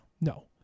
No